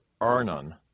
Arnon